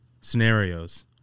scenarios